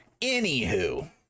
Anywho